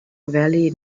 valley